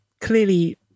clearly